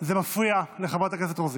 זה מפריע לחברת הכנסת רוזין.